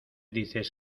dices